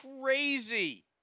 crazy